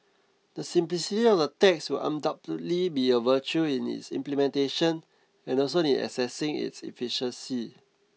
the sympathy of the tax will undoubtedly be a virtue in its implementation and also in assessing its efficacy